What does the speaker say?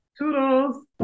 Toodles